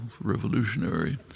revolutionary